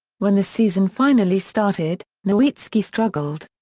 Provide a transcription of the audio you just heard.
when the season finally started, nowitzki struggled.